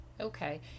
Okay